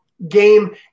game